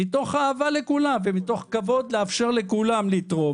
מתוך אהבה לכולם ומתוך כבוד לאפשר לכולם לתרום